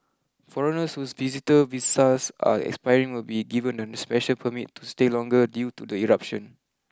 foreigners whose visitor visas are expiring will be given a special permit to stay longer due to the eruption